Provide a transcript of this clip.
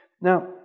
Now